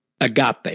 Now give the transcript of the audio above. agape